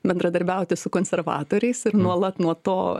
bendradarbiauti su konservatoriais ir nuolat nuo to